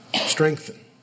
strengthen